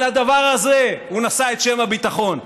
על הדבר הזה הוא נשא את שם הביטחון,